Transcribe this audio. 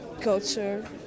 culture